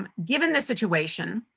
um given the situation,